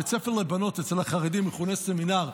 בית ספר לבנות אצל החרדים מכונה סמינר,